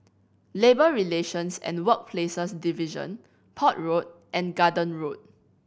Labour Relations and Workplaces Division Port Road and Garden Road